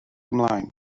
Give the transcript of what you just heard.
ymlaen